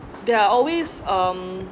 there are always um